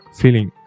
feeling